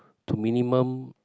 to minimum